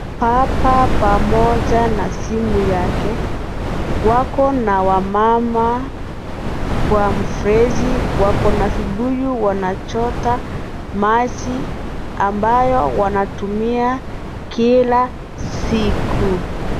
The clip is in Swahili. Papa pamoja na simu yake, wako na wamama, kwa mfreji, wako na fibuyu wanachota, machi, ambayo, wanatumia, kila, siku.